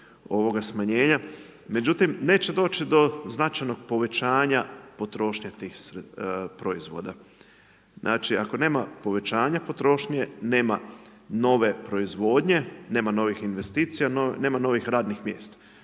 Međutim, neće doći do značajnog povećanja potrošnje tih proizvoda. Znači ako nema povećanja potrošnje, nema nove proizvodnje, nema novih investicija, nema novih radnih mjesta.